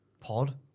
pod